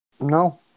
No